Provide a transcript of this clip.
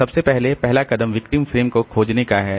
तो सबसे पहले पहला कदम विक्टिम फ्रेम को खोजने का है